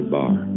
bar